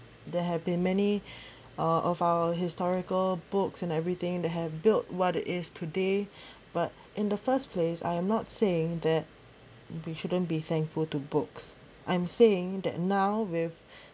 there have been many uh of our historical books and everything that have built what is today but in the first place I am not saying that we shouldn't be thankful to books I'm saying that now with